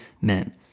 men